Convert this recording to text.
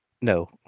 No